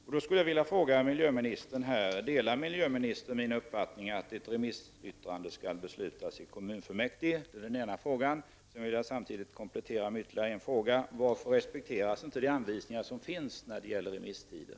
Jag skulle vilja ställa en fråga till miljöministern: Delar miljöministern min uppfattning att ett remissyttrande av principiell karaktär skall beslutas i kommunfullmäktige? Jag vill ställa ytterligare en fråga: Varför respekteras inte de anvisningar som finns när det gäller remisstiden?